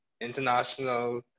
international